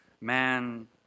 man